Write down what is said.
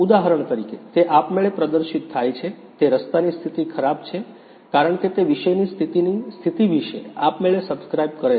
ઉદાહરણ તરીકે તે આપમેળે પ્રદર્શિત થાય છે કે રસ્તાની સ્થિતિ ખરાબ છે કારણ કે તે વિષયની સ્થિતિની સ્થિતિ વિશે આપમેળે સબ્સ્ક્રાઇબ કરે છે